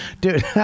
Dude